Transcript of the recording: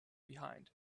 behind